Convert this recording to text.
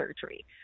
surgery